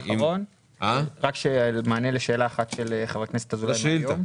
רק מענה לשאלה אחת של חבר הכנסת אזולאי מהיום,